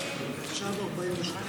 נתקבלה.